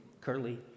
Curly